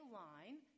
line